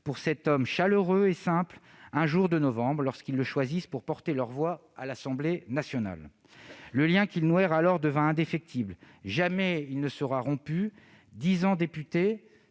pour cet homme chaleureux et simple, un jour de novembre, lorsqu'ils le choisirent pour porter leur voix à l'Assemblée nationale. Le lien qu'ils nouèrent alors devint indéfectible. Jamais il ne sera rompu : dix ans député,